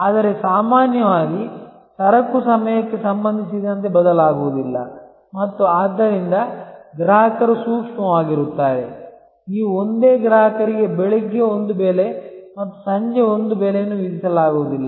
ಆದರೆ ಸಾಮಾನ್ಯವಾಗಿ ಸರಕುಗಳು ಸಮಯಕ್ಕೆ ಸಂಬಂಧಿಸಿದಂತೆ ಬದಲಾಗುವುದಿಲ್ಲ ಮತ್ತು ಆದ್ದರಿಂದ ಗ್ರಾಹಕರು ಸೂಕ್ಷ್ಮವಾಗಿರುತ್ತಾರೆ ನೀವು ಒಂದೇ ಗ್ರಾಹಕರಿಗೆ ಬೆಳಿಗ್ಗೆ ಒಂದು ಬೆಲೆ ಮತ್ತು ಸಂಜೆ ಒಂದು ಬೆಲೆಯನ್ನು ವಿಧಿಸಲಾಗುವುದಿಲ್ಲ